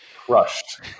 crushed